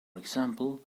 example